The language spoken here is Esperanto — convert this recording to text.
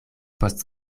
post